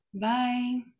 Bye